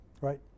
Right